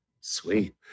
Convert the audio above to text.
Sweet